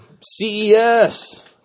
CES